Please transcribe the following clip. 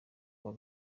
kuwa